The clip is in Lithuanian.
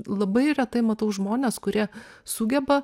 labai retai matau žmones kurie sugeba